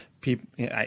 people